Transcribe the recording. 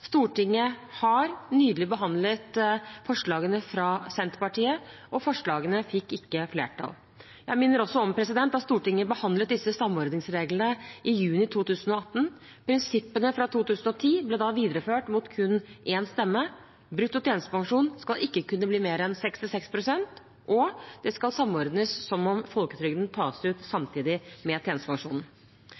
Stortinget har nylig behandlet forslagene fra Senterpartiet, og de fikk ikke flertall. Jeg minner også om at Stortinget behandlet disse samordningsreglene i juni 2018. Prinsippene fra 2010 ble da videreført mot kun én stemme: Brutto tjenestepensjon skal ikke kunne bli mer enn 66 pst., og det skal samordnes som om folketrygden tas ut samtidig med tjenestepensjonen.